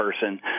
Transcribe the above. person